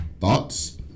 Thoughts